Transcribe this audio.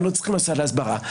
הם לא צריכים מוסד הסברה.